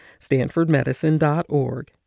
Stanfordmedicine.org